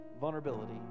vulnerability